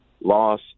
loss